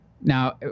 Now